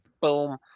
boom